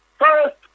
first